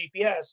GPS